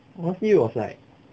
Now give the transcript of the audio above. mostly was like